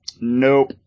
nope